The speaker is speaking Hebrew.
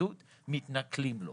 שחיתות מתנכלים לו.